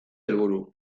helburu